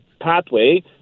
pathway